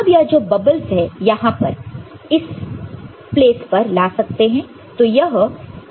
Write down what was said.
अब यह जो बबल्स है यहां पर उसे इस प्लेस पर ला सकते हैं